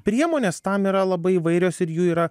priemonės tam yra labai įvairios ir jų yra